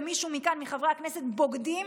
למישהו מחברי הכנסת כאן "בוגדים",